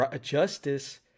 justice